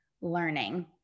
learning